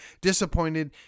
disappointed